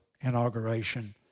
inauguration